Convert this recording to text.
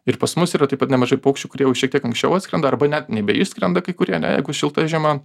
ir pas mus yra taip pat nemažai paukščių kurie jau šiek tiek anksčiau atskrenda arba net nebeišskrenda kai kurie ane jeigu šilta žiema